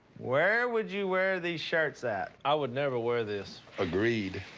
where would you wear these shirts at? i would never wear this. agreed.